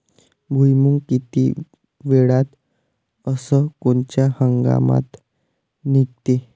भुईमुंग किती वेळात अस कोनच्या हंगामात निगते?